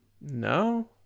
No